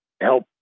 help